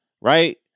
right